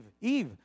Eve